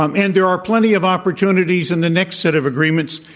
um and there are plenty of opportunities in the next set of agreements,